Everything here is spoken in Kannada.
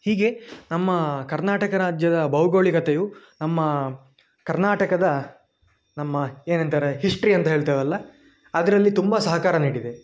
ಹೀಗೆ ನಮ್ಮ ಕರ್ನಾಟಕ ರಾಜ್ಯದ ಭೌಗೋಳಿಕತೆಯು ನಮ್ಮ ಕರ್ನಾಟಕದ ನಮ್ಮ ಏನಂತಾರೆ ಹಿಸ್ಟ್ರಿ ಅಂತ ಹೇಳ್ತೇವಲ್ಲ ಅದರಲ್ಲಿ ತುಂಬ ಸಹಕಾರ ನೀಡಿದೆ